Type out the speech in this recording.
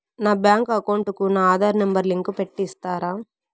నా bank account కు నా ఆధార్ నెంబర్ లింకు పెట్టి ఇస్తారా?